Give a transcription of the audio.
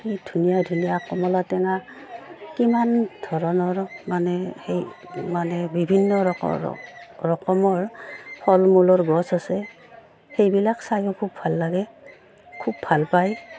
কি ধুনীয়া ধুনীয়া কমল টেঙা কিমান ধৰণৰ মানে সেই মানে বিভিন্ন ৰকমৰ ফল মূলৰ গছ আছে সেইবিলাক চায়ো খুব ভাল লাগে খুব ভাল পায়